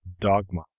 dogma